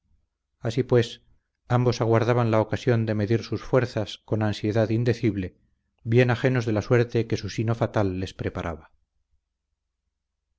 así pues ambos aguardaban la ocasión de medir sus fuerzas con ansiedad indecible bien ajenos de la suerte que su sino fatal les preparaba